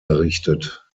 errichtet